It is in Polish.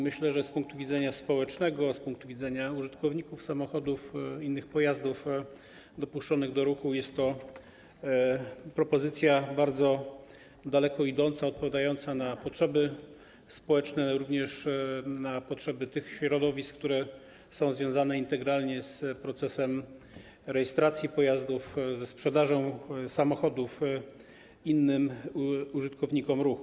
Myślę, że z punktu widzenia społecznego, z punktu widzenia użytkowników samochodów i innych pojazdów dopuszczonych do ruchu jest to propozycja bardzo daleko idąca, odpowiadająca na potrzeby społeczne, również na potrzeby tych środowisk, które są integralnie związane z procesem rejestracji pojazdów, ze sprzedażą samochodów innym użytkownikom ruchu.